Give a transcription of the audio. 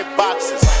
boxes